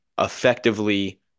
effectively